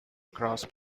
cross